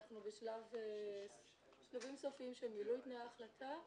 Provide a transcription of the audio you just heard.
אנחנו בשלבים סופיים של מילוי תנאי ההחלטה,